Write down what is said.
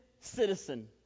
citizen